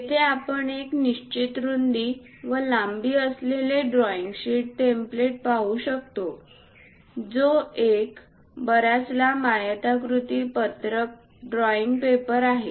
येथे आपण एक निश्चित रुंदी व लांबी असलेले ड्रॉईंग शीट टेम्पलेट पाहू शकतो तो एक बराच लांब आयताकृती पत्रक ड्रॉईंग पेपर आहे